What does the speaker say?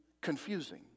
confusing